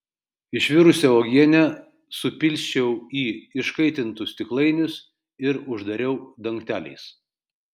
išvirusią uogienę supilsčiau į iškaitintus stiklainius ir uždariau dangteliais